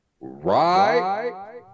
right